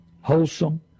wholesome